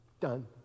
done